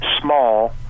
small